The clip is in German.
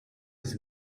ist